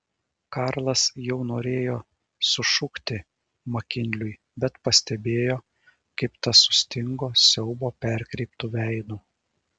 karlas jau norėjo sušukti makinliui bet pastebėjo kaip tas sustingo siaubo perkreiptu veidu